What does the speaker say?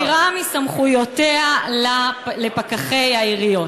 מעבירה מסמכויותיה לפקחי העיריות.